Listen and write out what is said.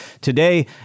today